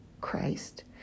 Christ